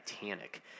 Titanic